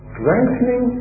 Strengthening